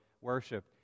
worship